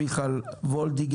חה"כ מיכל וולדיגר,